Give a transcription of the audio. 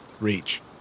reach